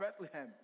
bethlehem